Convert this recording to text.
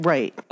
Right